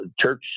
church